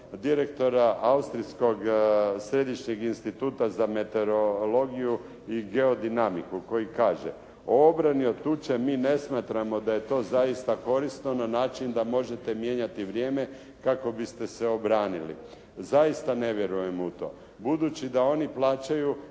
direktora austrijskog Središnjeg instituta za meteorologiju i geodinamiku koji kaže: «O obrani od tuče mi ne smatramo da je to zaista korisno na način da možete mijenjati vrijeme kako biste se obranili. Zaista ne vjerujemo u to. Budući da oni plaćaju